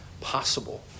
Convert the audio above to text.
possible